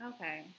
Okay